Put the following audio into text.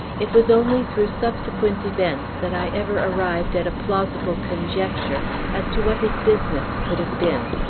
it was only through subsequent events that i ever arrived at a plausible conjecture as to what his business could have been.